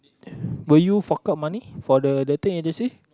will you fork out money for the dating agency